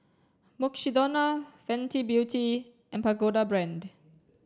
Mukshidonna Fenty Beauty and Pagoda Brand